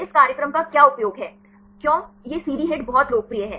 इस कार्यक्रम का क्या उपयोग है क्यों यह CD हिट बहुत लोकप्रिय है